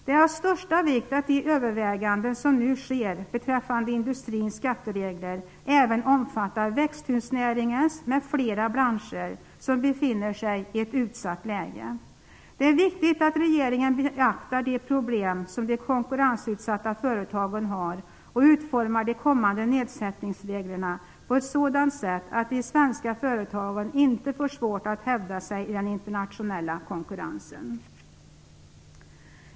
Det är av största vikt att de överväganden som nu sker beträffande industrins skatteregler även omfattar växthusnäringen m.fl. branscher som befinner sig i ett utsatt läge. Det är viktigt att regeringen beaktar de problem som de konkurrensutsatta företagen har och utformar de kommande nedsättningsreglerna på ett sådant sätt att de svenska företagen inte får svårt att hävda sig i den internationella konkurrensen.